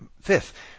Fifth